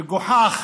מגוחך